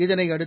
இதனையடுத்து